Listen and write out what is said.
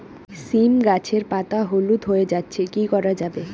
সীম গাছের পাতা হলুদ হয়ে যাচ্ছে কি করা যাবে?